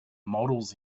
models